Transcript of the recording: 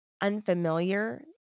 unfamiliar